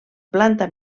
planta